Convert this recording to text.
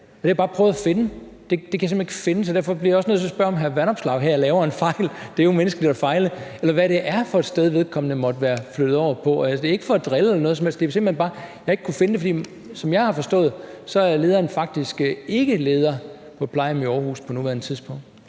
har jeg bare prøvet at finde, men det kan jeg simpelt hen ikke finde, så derfor bliver jeg nødt til at spørge, om hr. Vanopslagh her laver en fejl – det er jo menneskeligt at fejle – eller hvad det er for et sted, vedkommende måtte være blevet flyttet over på. Og det er ikke for at drille eller noget som helst. Det er simpelt hen bare, fordi jeg ikke har kunnet finde det, og som jeg har forstået det, er lederen faktisk ikke leder på et plejehjem i Aarhus på nuværende tidspunkt.